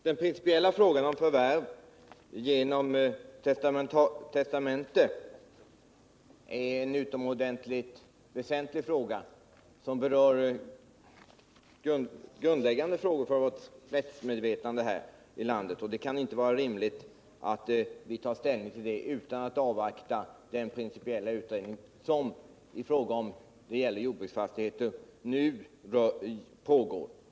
Herr talman! Den principiella frågan om förvärv genom testamente är utomordentligt väsentlig. Den är grundläggande för vårt rättsmedvetande i landet. Det kan inte vara rimligt att vi tar ställning till denna utan att avvakta den principiella utredning som i fråga om jordbruksfastigheter nu pågår.